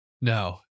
No